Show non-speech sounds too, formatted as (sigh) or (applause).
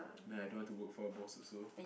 (noise) man I don't want to work for a boss also